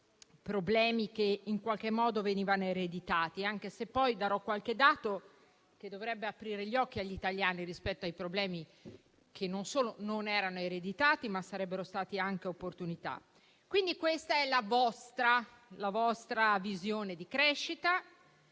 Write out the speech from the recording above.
problemi che in qualche modo venivano ereditati. Anche se, in seguito, darò qualche dato, che dovrebbe aprire gli occhi agli italiani rispetto a problemi, che non solo non erano ereditati, ma sarebbero stati anche opportunità. Quindi, questa è la vostra visione di crescita.